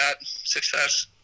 success